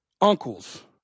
uncles